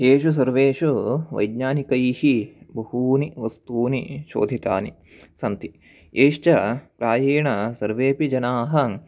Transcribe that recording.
येषु सर्वेषु वैज्ञानिकैः बहूनि वस्तूनि शोधितानि सन्ति येश्च प्रायेण सर्वेपि जनाः